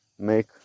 Make